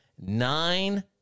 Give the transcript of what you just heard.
Nine